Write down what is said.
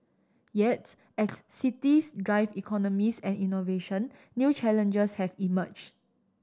yet as cities drive economies and innovation new challenges have emerged